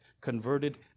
converted